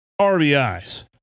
rbis